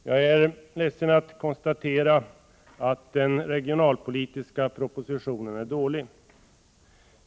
Jag ärledsen att behöva konstatera att den regionalpolitiska propositionen är dålig.